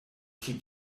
keep